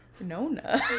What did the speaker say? Nona